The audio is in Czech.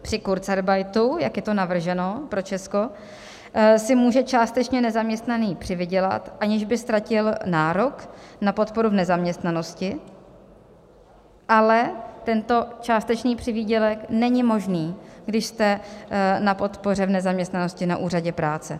Při kurzarbeitu, jak je to navrženo pro Česko, si může částečně nezaměstnaný přivydělat, aniž by ztratil nárok na podporu v nezaměstnanosti, ale tento částečný přivýdělek není možný, když jste na podpoře v nezaměstnanosti na úřadě práce.